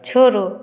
छोड़ो